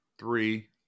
Three